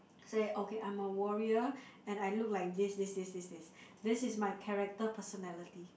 say okay I'm a warrior and I look like this this this this this this is my character personality